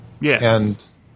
Yes